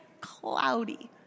cloudy